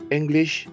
English